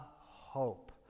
hope